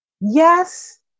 Yes